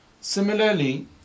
Similarly